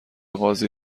قاضی